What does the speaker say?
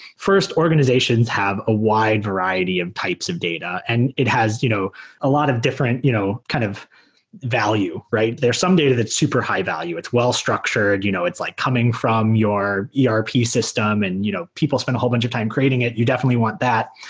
first, organizations have a wide variety of types of data and it has you know a lot of different you know kind of value, right? there are some data that's super high value. it's well-structured. you know it's like coming from your your erp system, and you know people spent a whole bunch of time creating it. you definitely want that.